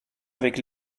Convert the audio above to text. avec